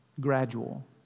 Gradual